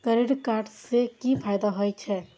Credit card से कि फायदा होय छे?